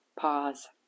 pause